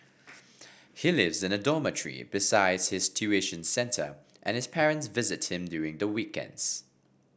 he lives in a dormitory besides his tuition centre and his parents visit him during the weekends